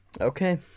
Okay